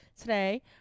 today